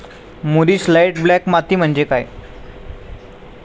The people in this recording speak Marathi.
मूरिश लाइट ब्लॅक माती म्हणजे काय?